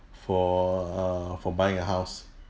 for err for buying a house